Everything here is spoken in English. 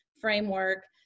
framework